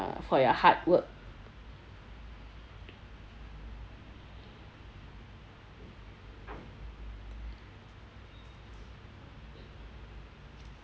for your hard work